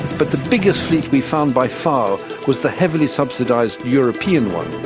but the biggest fleet we found by far was the heavily subsidised european one,